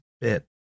bit